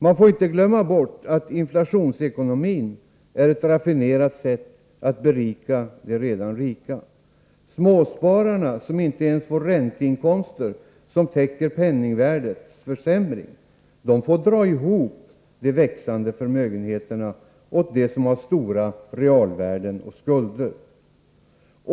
Man får inte glömma bort att inflationsekonomin är ett raffinerat sätt att berika de redan rika. Småspararna, som inte ens får ränteinkomster som täcker penningvärdets försämring, får ”dra ihop” de växande förmögenheterna åt dem som har stora realvärden och skulder.